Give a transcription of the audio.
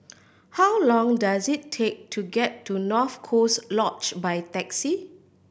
how long does it take to get to North Coast Lodge by taxi